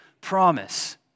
promise